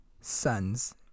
sons